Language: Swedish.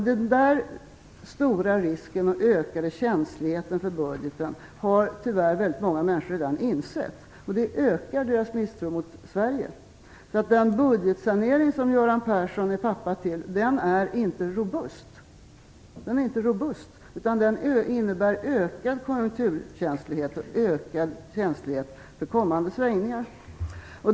Denna stora risk och ökade känslighet för budgeten har tyvärr väldigt många människor redan insett. Det ökar deras misstro mot Sverige. Den budgetsanering som Göran Persson är pappa till är inte robust. Den innebär ökad konjunkturkänslighet och ökad känslighet för kommande svängningar.